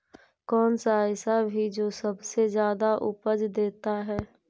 कौन सा ऐसा भी जो सबसे ज्यादा उपज देता है?